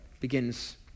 begins